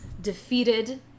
defeated